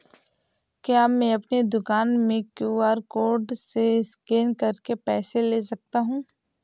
क्या मैं अपनी दुकान में क्यू.आर कोड से स्कैन करके पैसे ले सकता हूँ?